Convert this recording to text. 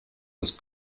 was